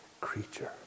Creature